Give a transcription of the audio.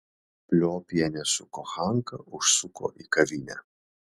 pliopienė su kochanka užsuko į kavinę